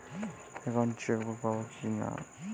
Account chequebook পাবো কি না?